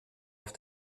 auf